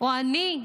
או אני,